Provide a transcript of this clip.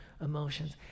emotions